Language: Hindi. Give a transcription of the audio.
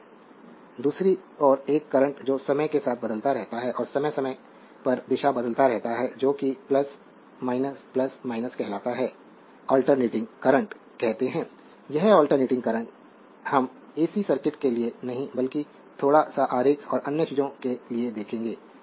स्लाइड समय देखें 2222 दूसरी ओर एक करंट जो समय के साथ बदलता रहता है और समय समय पर दिशा बदलता रहता है जो कि कहता है कि अल्टेरनेटिंग करंट कहते हैं यह अल्टेरनेटिंग करंट हम एसी सर्किट के लिए नहीं बल्कि थोड़ा सा आरेख और अन्य चीजों के लिए देखेंगे